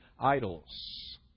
idols